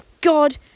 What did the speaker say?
God